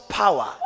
power